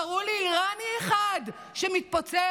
תראו לי איראני אחד שמתפוצץ.